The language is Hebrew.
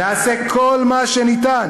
נעשה כל מה שניתן